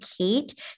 Kate